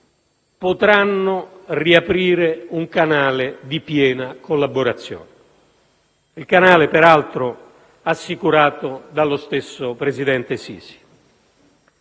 potranno riaprire un canale di piena collaborazione; il canale, peraltro, assicurato dallo stesso presidente al-Sisi.